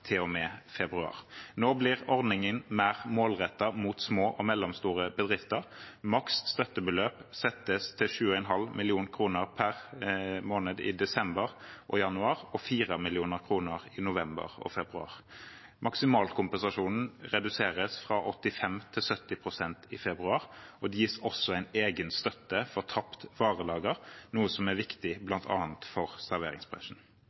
februar. Nå blir ordningen mer målrettet mot små og mellomstore bedrifter. Maks støttebeløp settes til 7,5 mill. kr per måned i desember og januar og 4 mill. kr i november og februar. Maksimalkompensasjonen reduseres fra 85 til 70 pst. i februar, og det gis også en egen støtte for tapt varelager, noe som er viktig